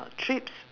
trips